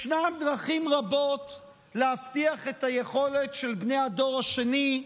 ישנן דרכים רבות להבטיח את היכולת של בני הדור השני,